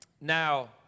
Now